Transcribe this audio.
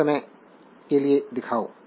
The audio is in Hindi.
किस समझ के लिए दिखाओ